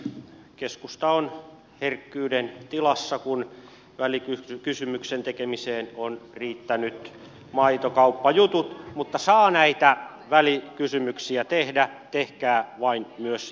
keskusta on herkkyyden tilassa kun välikysymyksen tekemiseen ovat riittäneet maitokauppajutut mutta saa näitä välikysymyksiä tehdä tehkää vain myös jatkossakin